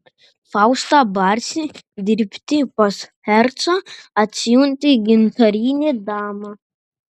faustą barsį dirbti pas hercą atsiuntė gintarinė dama